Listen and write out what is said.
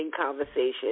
conversation